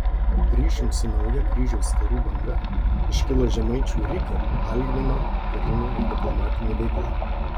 ryšium su nauja kryžiaus karų banga iškilo žemaičių rikio algmino karinė ir diplomatinė veikla